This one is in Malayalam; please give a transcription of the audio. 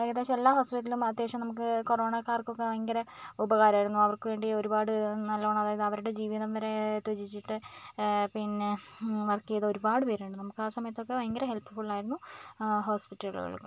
ഏ ഏകദേശം എല്ലാ ഹോസ്പിറ്റലിലും അത്യാവശ്യം നമുക്ക് കൊറോണകാർക്ക് ഒക്കെ ഭയങ്കര ഉപകാരമായിരുന്നു അവർക്ക് വേണ്ടി ഒരുപാട് നല്ലോണം അതായത് അവരുടെ ജീവിതം വരെ ത്യജിച്ചിട്ട് പിന്നെ വർക്ക് ചെയ്ത ഒരുപാട് പേരുണ്ട് നമുക്ക് ആ സമയത്തൊക്കെ ഭയങ്കര ഹെല്പ് ഫുൾ ആയിരുന്നു ആ ഹോസ്പിറ്റലുകൾ